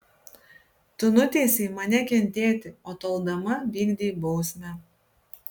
tu nuteisei mane kentėti o toldama vykdei bausmę